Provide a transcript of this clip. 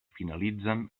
finalitzen